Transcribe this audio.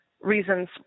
reasons